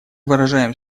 выражаем